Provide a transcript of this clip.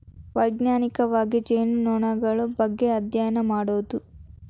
ವೈಜ್ಞಾನಿಕವಾಗಿ ಜೇನುನೊಣಗಳ ಬಗ್ಗೆ ಅದ್ಯಯನ ಮಾಡುದು